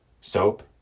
soap